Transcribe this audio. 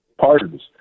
pardons